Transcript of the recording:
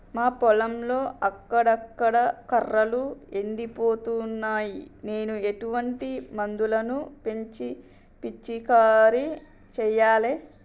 మా పొలంలో అక్కడక్కడ కర్రలు ఎండిపోతున్నాయి నేను ఎటువంటి మందులను పిచికారీ చెయ్యాలే?